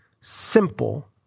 simple